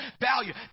value